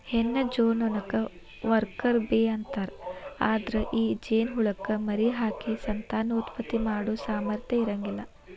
ಹೆಣ್ಣ ಜೇನನೊಣಕ್ಕ worker bee ಅಂತಾರ, ಅದ್ರ ಈ ಜೇನಹುಳಕ್ಕ ಮರಿಹಾಕಿ ಸಂತಾನೋತ್ಪತ್ತಿ ಮಾಡೋ ಸಾಮರ್ಥ್ಯ ಇರಂಗಿಲ್ಲ